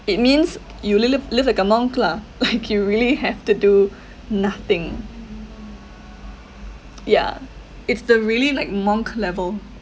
it means you li~ lip~ live like a monk lah like you really have to do nothing yeah it's the really like monk level